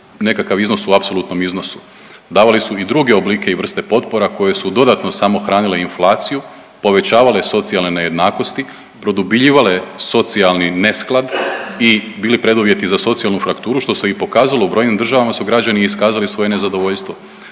nekakav iznos u apsolutnom iznosu, davali su i druge oblike i vrste potpora koje su dodatno samo hranile inflaciju, povećavale socijalne nejednakosti, produbljivale socijalni nesklad i bili preduvjeti za socijalnu frakturu što se i pokazalo. U brojnim državama su građani iskazali svoje nezadovoljstvo.